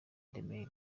mane